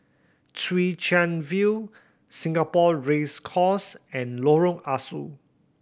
Chwee Chian View Singapore Race Course and Lorong Ah Soo